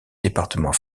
département